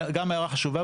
גם הערה חשובה,